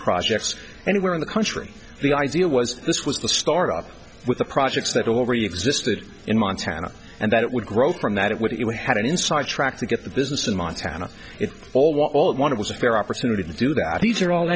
projects anywhere in the country the idea was this was the start off with the projects that already existed in montana and that it would grow from that it would if you had an inside track to get the business in montana if all were all one of was a fair opportunity to do that these are all